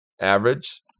average